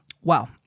Wow